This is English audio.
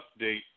update